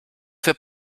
für